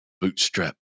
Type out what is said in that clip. Bootstrap